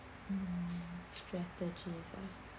mm strategies ah